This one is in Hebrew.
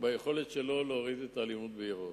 ביכולת שלו לצמצם את האלימות בעירו.